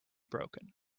broken